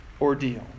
ordeal